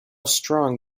strong